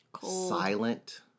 Silent